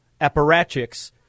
apparatchiks